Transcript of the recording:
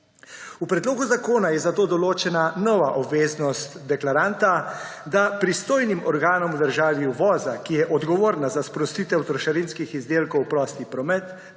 V predlogu zakona je zato določena nova obveznost deklaranta, da pristojnim organom v državi uvoza, ki je odgovorna za sprostitev trošarinskih izdelkov v prosti promet,